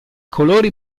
colori